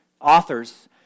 authors